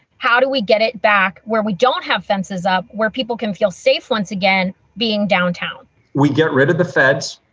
how do we get it back where we don't have fences up where people can feel safe? once again, being downtown we get rid of the feds,